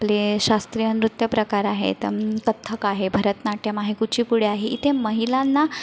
आपले शास्त्रीय नृत्यप्रकार आहेत कथ्थक आहे भरतनाट्यम आहे कुचीपुडी आहे इथे महिलांना